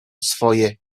swoje